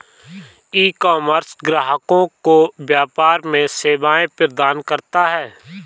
ecommerce ग्राहकों को व्यापार में सेवाएं प्रदान करता है